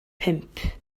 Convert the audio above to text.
pump